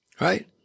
Right